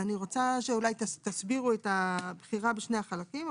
אני רוצה שאולי תסבירו את הבחירה בשני החלקים.